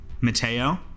mateo